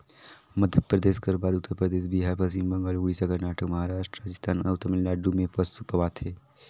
मध्यपरदेस कर बाद उत्तर परदेस, बिहार, पच्छिम बंगाल, उड़ीसा, करनाटक, महारास्ट, राजिस्थान अउ तमिलनाडु में पसु पवाथे